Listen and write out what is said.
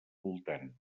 voltant